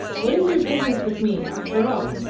what is your business with me, after all?